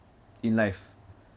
in life